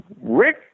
Rick